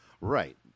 Right